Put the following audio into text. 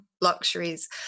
luxuries